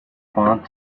found